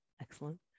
excellent